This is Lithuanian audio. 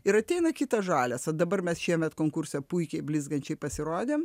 ir ateina kitas žalias o dabar mes šiemet konkurse puikiai blizgančiai pasirodėm